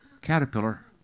caterpillar